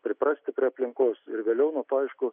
priprasti prie aplinkos ir vėliau labai aišku